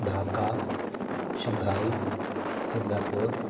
Dhaka Shanghai Singapore